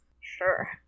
Sure